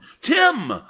Tim